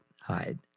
hide